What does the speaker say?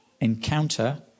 encounter